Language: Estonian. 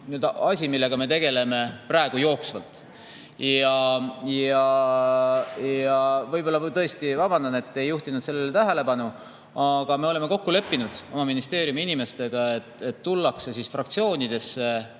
asi, millega me tegeleme praegu jooksvalt. Ja tõesti vabandan, et ei juhtinud sellele tähelepanu. Me oleme kokku leppinud oma ministeeriumi inimestega, et fraktsioonidesse